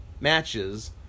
matches